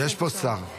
יש פה שר.